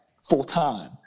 full-time